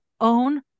own